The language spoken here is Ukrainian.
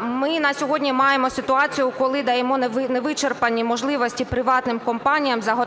Ми на сьогодні маємо ситуацію коли даємо невичерпані можливості приватним компаніям заготовляти